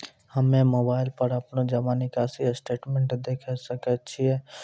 हम्मय मोबाइल पर अपनो जमा निकासी स्टेटमेंट देखय सकय छियै?